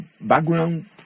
background